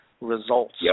results